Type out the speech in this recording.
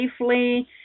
safely